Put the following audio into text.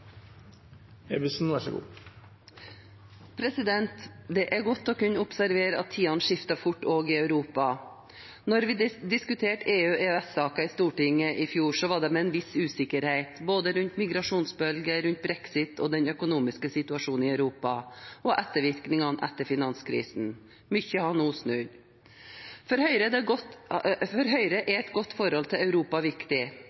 godt å kunne observere at tidene skifter fort også i Europa. Da vi diskuterte EU/EØS-saker i Stortinget i fjor, var det med en viss usikkerhet rundt både migrasjonsbølgen, brexit og den økonomiske situasjonen i Europa og ettervirkningene etter finanskrisen. Mye har nå snudd. For Høyre er et godt forhold til Europa viktig. Behovet for samarbeid og samhold er